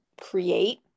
create